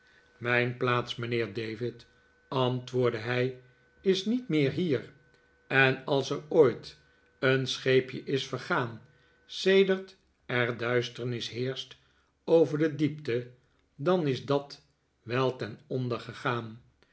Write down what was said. mijn plaats mijnheer david antwoordde hij is niet meer hier en als er ooit een scheepje is vergaan sedert er duisternis heerst over de diepte dan is dat wel ten onder gegaan